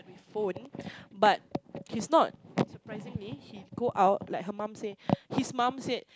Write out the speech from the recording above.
with phone but he's not surprisingly he go out like her mum said his mum said